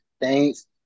Thanks